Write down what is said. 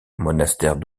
monastère